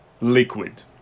liquid